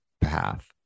path